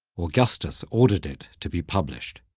augustus ordered it to be published.